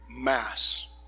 mass